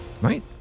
right